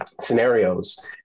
scenarios